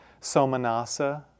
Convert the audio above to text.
Somanasa